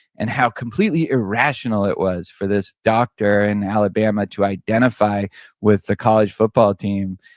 and how completely irrational it was for this doctor in alabama to identify with the college football team,